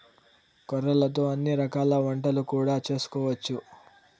కొర్రలతో అన్ని రకాల వంటలు కూడా చేసుకోవచ్చు